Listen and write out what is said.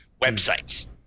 websites